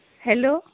hello